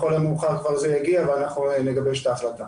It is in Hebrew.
לכל המאוחר, זה יגיע ונגבש את ההחלטה.